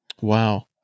Wow